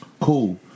Cool